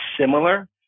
similar